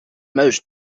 most